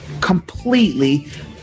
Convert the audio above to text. completely